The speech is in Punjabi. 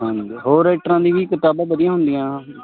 ਹਾਂਜੀ ਹੋਰ ਰਾਈਟਰਾਂ ਦੀ ਵੀ ਕਿਤਾਬਾਂ ਵਧੀਆ ਹੁੰਦੀਆਂ